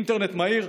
אינטרנט מהיר,